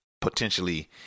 potentially